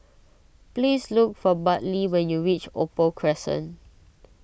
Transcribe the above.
please look for Bartley when you reach Opal Crescent